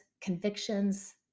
convictions